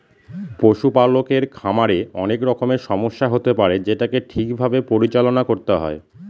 পশুপালকের খামারে অনেক রকমের সমস্যা হতে পারে যেটাকে ঠিক ভাবে পরিচালনা করতে হয়